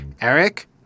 eric